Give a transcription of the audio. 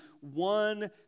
one